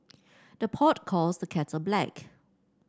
the pot calls the kettle black